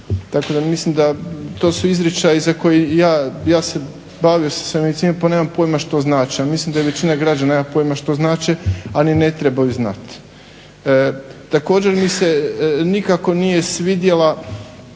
Dakle, ne mislim da to su izričaji za koje, bavio sam se medicinom pa nemam pojma što znače, a mislim da i većina građana nema pojma što znače a ni ne trebaju znati. Također mi se nikako nije svidjela,